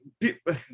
people